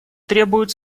требует